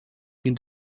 been